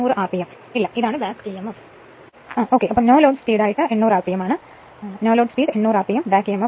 2 given നൽകി load speed 800 RPM ഇല്ല ഇതാണ് ബാക്ക് ഇഎംഎഫ്